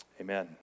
Amen